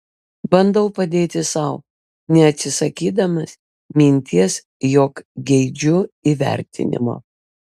bandau padėti sau neatsisakydamas minties jog geidžiu įvertinimo